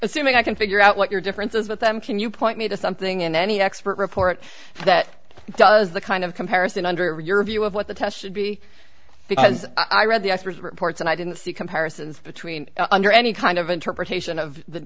assuming i can figure out what your differences but then can you point me to something in any expert report that does the kind of comparison under your view of what the test should be because i read the reports and i didn't see comparisons between under any kind of interpretation of the